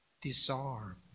Disarm